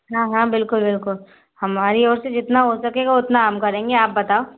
हाँ हाँ बिलकुल बिलकुल हमारी ओर से जितना हो सकेगा हम करेंगे आप बताओ